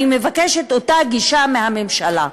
אני מבקשת את אותה גישה מהממשלה.